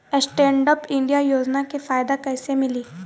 Stand up India योजना के फायदा कैसे मिली?